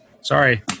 Sorry